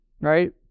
right